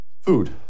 Food